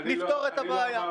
נפתור את הבעיה.